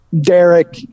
Derek